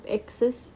access